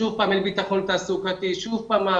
שוב פעם אין ביטחון תעסוקתי,